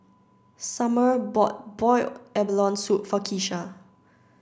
Samir bought Boiled Abalone Soup for Keesha